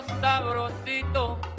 sabrosito